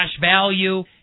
value